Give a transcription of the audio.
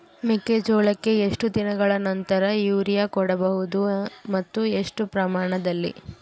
ಮೆಕ್ಕೆಜೋಳಕ್ಕೆ ಎಷ್ಟು ದಿನಗಳ ನಂತರ ಯೂರಿಯಾ ಕೊಡಬಹುದು ಮತ್ತು ಎಷ್ಟು ಪ್ರಮಾಣದಲ್ಲಿ?